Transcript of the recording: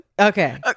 okay